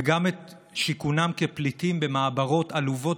וגם את שיכונם כפליטים במעברות עלובות